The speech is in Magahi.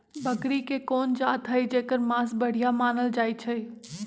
बकरी के कोन जात हई जेकर मास बढ़िया मानल जाई छई?